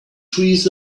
trees